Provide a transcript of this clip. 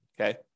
Okay